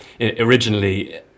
originally